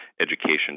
education